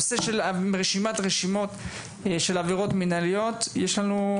הנושא של רשימת רשימות של עבירות מנהליות, יש לנו?